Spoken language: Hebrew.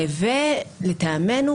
לטעמנו,